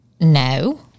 No